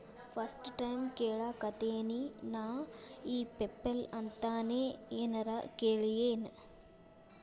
First time ಕೇಳಾಕತೇನಿ ನಾ ಇ ಪೆಪಲ್ ಅಂತ ನೇ ಏನರ ಕೇಳಿಯೇನ್?